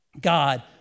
God